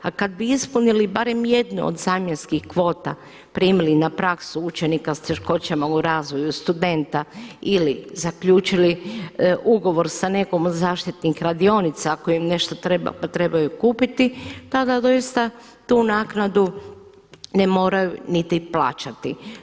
A kad bi ispunili barem jednu od zamjenskih kvota, primili na praksu učenika sa teškoćama u razvoju, studenta ili zaključili ugovor sa nekom od zaštitnih radionica ako im nešto treba, pa trebaju kupiti, tada doista tu naknadu ne moraju niti plaćati.